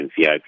VIP